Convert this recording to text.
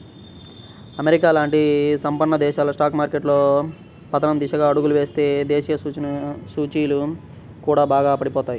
America లాంటి సంపన్న దేశాల స్టాక్ మార్కెట్లు పతనం దిశగా అడుగులు వేస్తే దేశీయ సూచీలు కూడా బాగా పడిపోతాయి